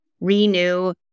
renew